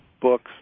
books